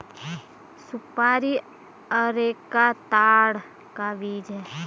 सुपारी अरेका ताड़ का बीज है